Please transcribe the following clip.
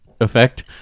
effect